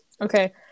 Okay